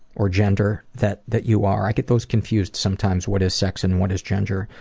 or gender that that you are. i get those confused sometimes what is sex and what is gender.